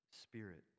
spirit